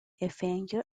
avenger